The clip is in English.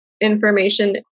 information